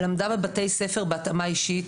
למדה בבתי ספר בהתאמה אישית,